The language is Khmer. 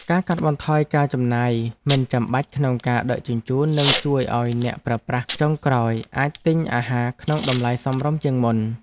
ការកាត់បន្ថយការចំណាយមិនចាំបាច់ក្នុងការដឹកជញ្ជូននឹងជួយឱ្យអ្នកប្រើប្រាស់ចុងក្រោយអាចទិញអាហារក្នុងតម្លៃសមរម្យជាងមុន។